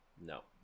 No